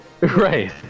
Right